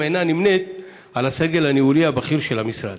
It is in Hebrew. "אינה נמנית עם הסגל הניהולי הבכיר של המשרד".